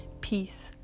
peace